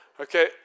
Okay